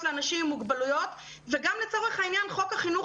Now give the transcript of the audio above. לאנשים עם מוגבלויות וגם לצורך העניין בחוק החינוך